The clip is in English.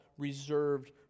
reserved